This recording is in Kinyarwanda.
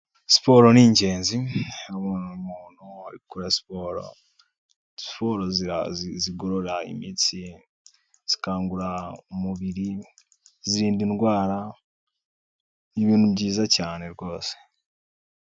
Siporo ni ingenzi umuntu ari gukora siporo, siporo zigorora imitsi, zikangura umubiri, zirinda indwara ni ibintu byiza cyane rwose.